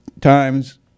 times